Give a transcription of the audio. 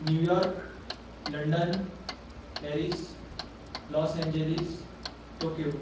New York London Paris Los Angeles Tokyo